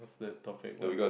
like topic what